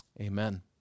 Amen